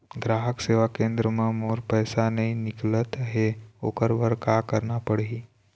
ग्राहक सेवा केंद्र म मोर पैसा नई निकलत हे, ओकर बर का करना पढ़हि?